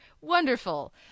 Wonderful